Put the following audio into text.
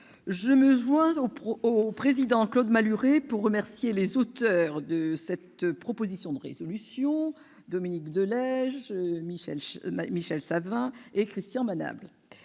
de groupe, Claude Malhuret, pour remercier les auteurs de cette proposition de résolution, Dominique de Legge, Michel Savin et Christian Manable.